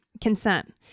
Consent